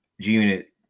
G-Unit